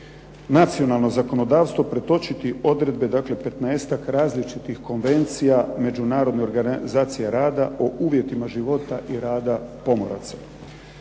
nacionalno zakonodavstvo pretočiti odredbe dakle petnaestak različitih konvencija Međunarodne organizacije rada o uvjetima života i rada pomoraca.